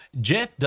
jeff